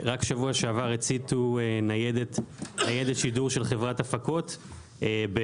רק בשבוע שעבר הציתו ניידת שידור של חברת הפקות ברחובות,